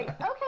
okay